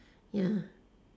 ya